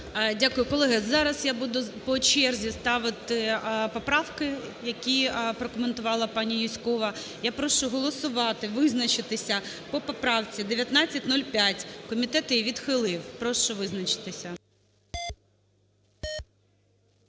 Дякую. Колеги, зараз я буду по черзі ставити поправки, які прокоментувала пані Юзькова. Я прошу голосувати, визначитися по поправці 1905. Комітет її відхилив. Прошу визначитися.